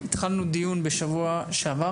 התחלנו דיון לפני שבועיים,